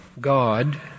God